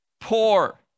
poor